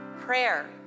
prayer